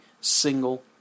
single